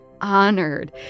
honored